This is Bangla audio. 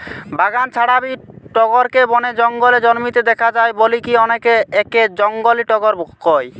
বাগান ছাড়াবি টগরকে বনে জঙ্গলে জন্মিতে দেখা যায় বলিকি অনেকে একে জংলী টগর কয়